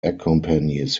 accompanies